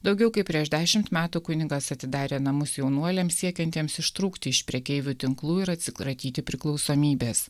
daugiau kaip prieš dešimt metų kunigas atidarė namus jaunuoliams siekiantiems ištrūkti iš prekeivių tinklų ir atsikratyti priklausomybės